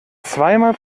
zweimal